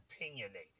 opinionated